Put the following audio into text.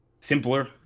simpler